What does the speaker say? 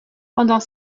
pendant